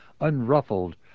unruffled